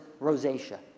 rosacea